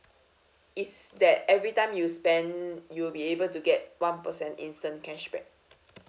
it's that every time you spend you'll be able to get one percent instant cashback